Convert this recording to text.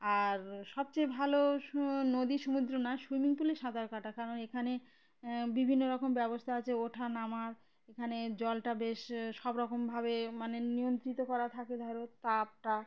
আর সবচেয়ে ভালো স নদী সমুদ্র না সুইমিং পুলে সাঁতার কাটা কারণ এখানে বিভিন্ন রকম ব্যবস্থা আছে ওঠা নামার এখানে জলটা বেশ সব রকমভাবে মানে নিয়ন্ত্রিত করা থাকে ধরো তাপ টাপ